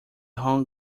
hung